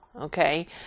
okay